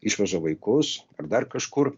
išveža vaikus ar dar kažkur